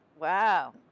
Wow